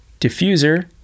diffuser